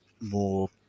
more